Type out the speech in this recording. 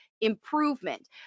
improvement